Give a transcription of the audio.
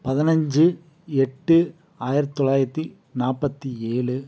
பதினஞ்சு எட்டு ஆயிரத்தி தொள்ளாயிரத்தி நாற்பத்தி ஏழு